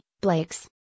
Blake's